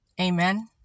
Amen